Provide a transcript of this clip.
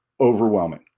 overwhelming